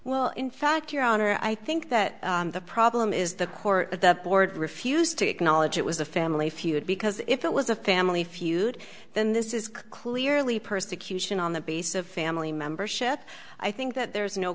well in fact your honor i think that the problem is the court that the board refused to acknowledge it was a family feud because if it was a family feud then this is clearly persecution on the basis of family member ship i think that there is no